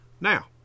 now